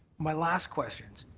my last question.